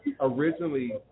originally